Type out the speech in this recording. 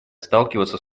сталкиваться